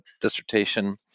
dissertation